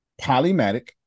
Polymatic